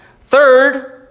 Third